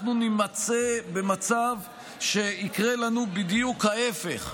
אנחנו נימצא במצב שיקרה לנו בדיוק ההפך,